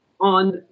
on